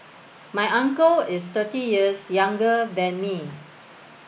my uncle is thirty years younger than me